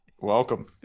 welcome